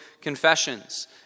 Confessions